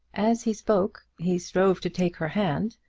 as he spoke he strove to take her hand,